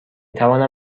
توانم